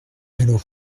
alors